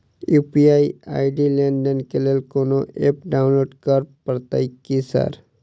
UPI ID लेनदेन केँ लेल कोनो ऐप डाउनलोड करऽ पड़तय की सर?